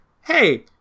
hey